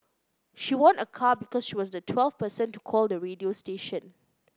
she won a car because she was the twelfth person to call the radio station